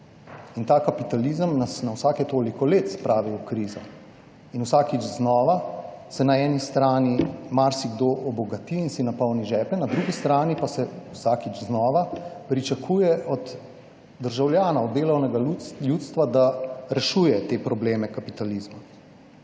in ta kapitalizem nas na vsake toliko let spravi v krizo in vsakič znova se na eni strani marsikdo obogati in si napolni žepe, na drugi strani pa se vsakič znova pričakuje od državljanov, delovnega ljudstva, da rešuje te probleme kapitalizma.